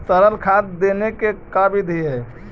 तरल खाद देने के का बिधि है?